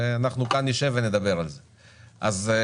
אנחנו נשב ונדבר על זה כאן.